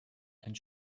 and